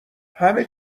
همه